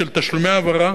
של תשלומי העברה,